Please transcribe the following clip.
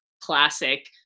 classic